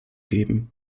geben